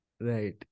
Right